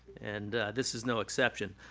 and this is no exception.